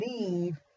leave